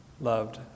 loved